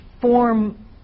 form